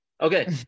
Okay